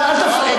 אל תפריע.